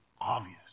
obvious